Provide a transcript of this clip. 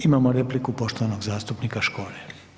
Imamo repliku poštovanog zastupnika Škore.